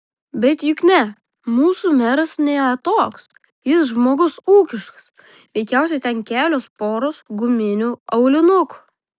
bet juk ne mūsų meras ne toks jis žmogus ūkiškas veikiausiai ten kelios poros guminių aulinukų